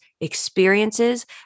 experiences